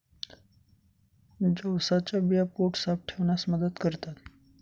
जवसाच्या बिया पोट साफ ठेवण्यास मदत करतात